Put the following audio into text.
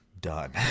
done